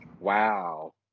Wow